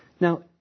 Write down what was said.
Now